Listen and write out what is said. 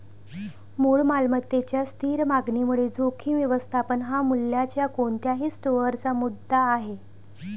मूळ मालमत्तेच्या स्थिर मागणीमुळे जोखीम व्यवस्थापन हा मूल्याच्या कोणत्याही स्टोअरचा मुद्दा आहे